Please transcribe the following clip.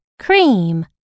cream